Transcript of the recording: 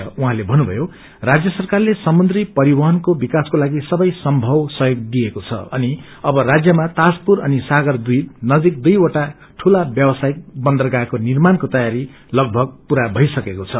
उहाँले भन्नुभ्जयो राजय सरकारले समुन्द्री परिवहनको विकासको लागि सबै सम्भव सहयोग दिइएको छ अनि अव राज्यमा ताजपुर अनि सागरद्वीप नजिक दुईवटा ठूला व्यवसायिक बन्दरगाहको निर्माणको तयारी लगभग पुरा भइसकेको छ